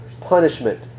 punishment